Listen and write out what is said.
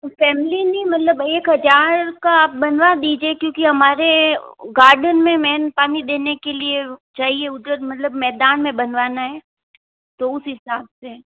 family नहीं मतलब एक हजार का आप बनवा दीजिए क्योंकि हमारे गार्डन में मेन पानी देने के लिए चाहिए उधर मतलब मैदान में बनवाना है तो उस हिसाब से